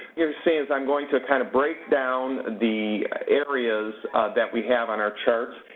you're seeing is i'm going to kind of break down the areas that we have on our charts.